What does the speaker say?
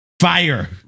Fire